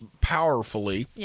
powerfully